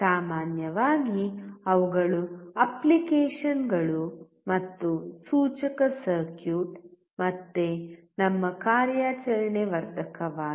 ಸಾಮಾನ್ಯವಾಗಿ ಅವುಗಳ ಅಪ್ಲಿಕೇಶನ್ಗಳು ಮತ್ತು ಸೂಚಕ ಸರ್ಕ್ಯೂಟ್ ಮತ್ತೆ ನಮ್ಮ ಕಾರ್ಯಾಚರಣೆ ವರ್ಧಕವಾಗಿದೆ